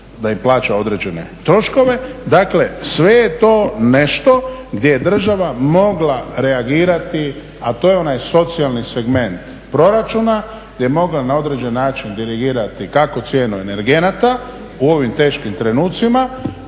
da im plaća određene troškove. Dakle sve je to nešto gdje je država mogla reagirati, a to je onaj socijalni segment proračuna gdje je mogla na određen način dirigirati kako cijenu energenata u ovim teškim trenucima,